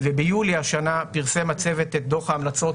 וביולי השנה פרסם הצוות את דוח ההמלצות